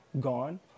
gone